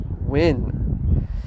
win